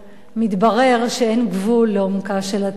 מתברר שאין גבול לעומקה של התהום.